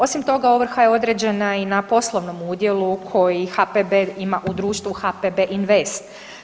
Osim toga, ovrha je određena i na poslovnom udjelu koji HPB ima u društvu HPB Invest.